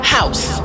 House